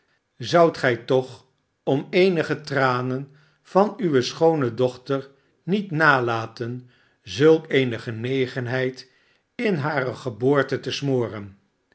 zoudt gij toch om eenige tranen van uwe schoone dochter niet nalaten zulk eene genegenheid in hare geboorte te smoren